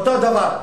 אותו דבר,